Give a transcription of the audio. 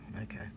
Okay